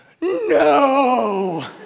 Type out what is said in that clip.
No